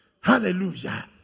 Hallelujah